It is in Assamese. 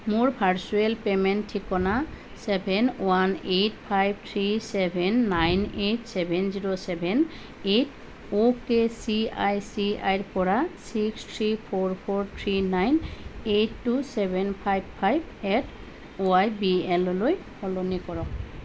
মোৰ ভাৰ্চুৱেল পে'মেণ্ট ঠিকনা seven one eight five three seven nine eight seven zero seven at O K C I C আইৰপৰা six three four four three nine eight two seven five five at Y B এললৈ সলনি কৰক